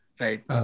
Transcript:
Right